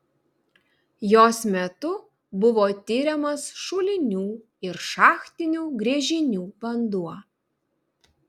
jos metu buvo tiriamas šulinių ir šachtinių gręžinių vanduo